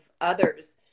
others